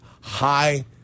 high